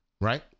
Right